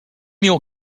your